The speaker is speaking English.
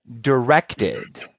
directed